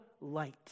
light